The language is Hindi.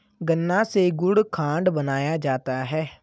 गन्ना से गुड़ खांड बनाया जाता है